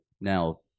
Now